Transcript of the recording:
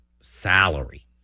salary